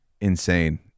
insane